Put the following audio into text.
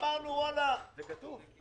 זה כתוב.